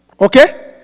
Okay